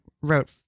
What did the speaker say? wrote